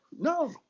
no